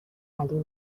علی